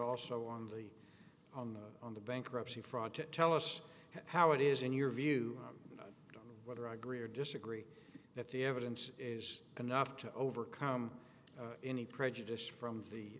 also on the on the on the bankruptcy fraud to tell us how it is in your view whether i agree or disagree that the evidence is enough to overcome any prejudice from the